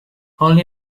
only